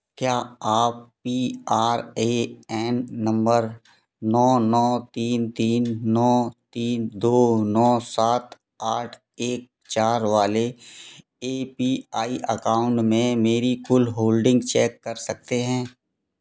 क्या आप P R A N number नौ नौ तीन नौ तीन दो नौ सात आठ एक चार वाले ए पी आई अकाउंट में मेरी कुल होल्डिंग चेक कर सकते हैं